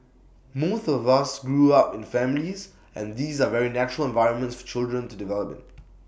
most of us grew up in families and these are very natural environments for children to develop in